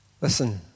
Listen